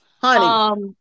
honey